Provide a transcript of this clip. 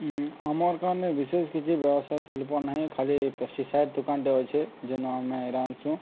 ଆମର୍ ଗାଁ'ନେ ବିଶେଷ୍ କିଛି ବ୍ୟବସାୟ ଶିଳ୍ପ ନାହିଁ ଖାଲି ପେଷ୍ଟିସାଇଡ଼୍ ଦୁକାନ୍ଟେ ଅଛେ ଯେ ଆମେ ଇରା ଆନ୍ସୁଁ